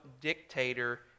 dictator